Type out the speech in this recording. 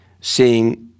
seeing